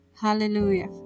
Hallelujah